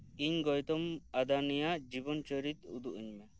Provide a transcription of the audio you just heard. ᱤᱧ ᱜᱳᱭᱛᱚᱢ ᱟᱫᱟᱱᱤ ᱟᱜ ᱡᱤᱵᱚᱱ ᱪᱚᱨᱤᱛ ᱩᱫᱩᱜ ᱟᱹᱧ ᱢᱮ